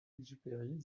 exupéry